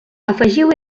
afegiu